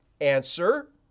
Answer